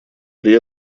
при